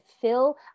fill